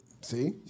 See